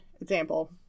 example